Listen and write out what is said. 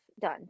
Done